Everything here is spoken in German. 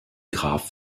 graf